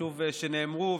שחשוב שנאמרו,